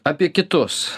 apie kitus